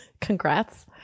Congrats